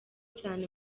cyane